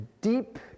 deep